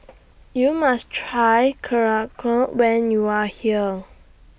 YOU must Try when YOU Are here